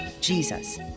Jesus